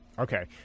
Okay